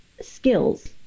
skills